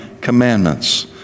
commandments